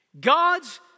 God's